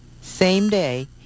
same-day